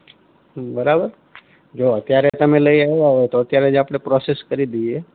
બરાબર જો અત્યારે તમે લઈ આવ્યાં હોય તો અત્યારે જ આપણે પ્રોસેસ કરી દઇએ